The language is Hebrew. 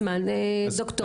תדבר.